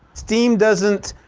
steam doesn't